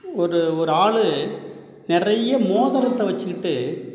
ஒரு ஒரு ஆளு நிறைய மோதிரத்தை வச்சுக்கிட்டு